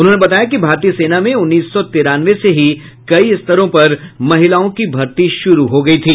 उन्होंने बताया कि भारतीय सेना में उन्नीस सौ तिरानवे से ही कई स्तरों पर महिलाओं की भर्ती शुरू हो गयी थी